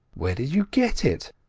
where did you get it?